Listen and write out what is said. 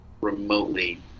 remotely